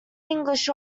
english